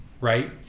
right